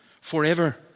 forever